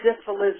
syphilis